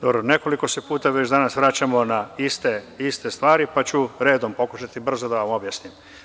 Dobro, nekoliko se puta već danas vraćamo na iste stvari, pa ću redom pokušati brzo da vam objasnim.